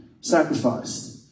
sacrifice